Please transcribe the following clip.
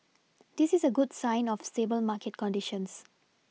this is a good sign of stable market conditions